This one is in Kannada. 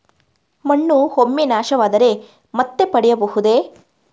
ಮಣ್ಣು ಒಮ್ಮೆ ನಾಶವಾದರೆ ಮತ್ತೆ ಪಡೆಯಬಹುದೇ?